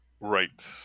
Right